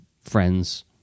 friends